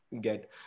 get